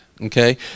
Okay